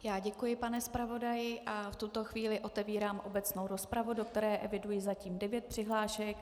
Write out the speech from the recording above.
Já děkuji, pane zpravodaji, a v tuto chvíli otevírám obecnou rozpravu, do které eviduje zatím devět přihlášek.